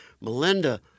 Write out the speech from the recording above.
Melinda